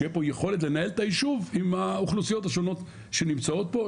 שתהיה פה את היכולת לנהל את היישוב עם האוכלוסיות השונות שנמצאות פה,